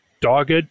dogged